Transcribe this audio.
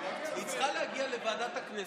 לוועדת הכנסת.